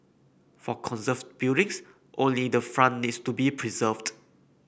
for conserved buildings only the front needs to be preserved